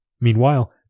Meanwhile